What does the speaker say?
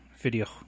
video